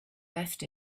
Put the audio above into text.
left